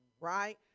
right